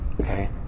okay